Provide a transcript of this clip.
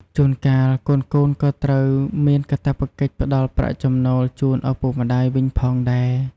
ជួនកាល កូនៗក៏ត្រូវមានកាតព្វកិច្ចផ្ដល់ប្រាក់ចំណូលជូនឪពុកម្ដាយវិញផងដែរ។